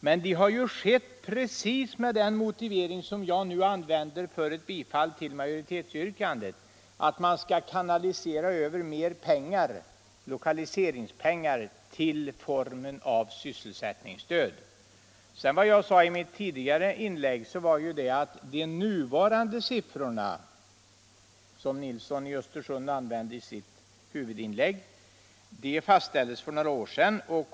Men de har ju genomförts precis med den motivering som jag nu använder för ett yrkande om bifall till utskottsmajoritetens yrkande att man skall kanalisera över mer lokaliseringspengar till den stödform som sysselsättningsstödet utgör. Vad jag sade i mitt tidigare inlägg var att de nuvarande siffrorna, som herr Nilsson i Östersund redovisade i sitt huvudinlägg, fastställdes för några år sedan.